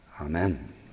Amen